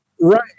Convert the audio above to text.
Right